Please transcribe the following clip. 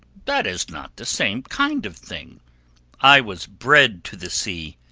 that is not the same kind of thing i was bred to the sea,